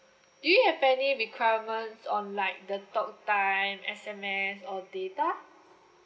do you have any requirements on like the talk time S_M_S or data